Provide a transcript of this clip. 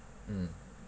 mm